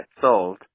sold